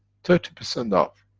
thirty percent off.